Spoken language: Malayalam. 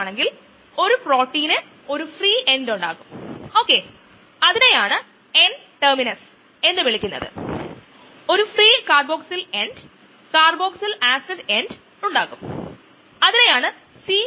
നമ്മൾ മറ്റൊരു തരത്തിലുള്ള ഇൻഹിബിഷൻ നോക്കും തുടർന്ന് നമ്മൾ പ്രോബ്ലം നോക്കും മറ്റ് കയ്നെറ്റിക്സ്ന്റെ ഈ പ്രഭാഷണത്തിന് ഇത് നല്ലതാണെന്ന് ഞാൻ കരുതുന്നു ഒരു ഹ്രസ്വ പ്രഭാഷണം